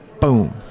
Boom